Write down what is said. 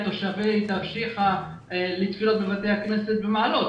תושבי תרשיחא לתפילות בבתי הכנסת במעלות,